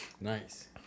Nice